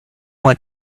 wanna